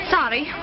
Sorry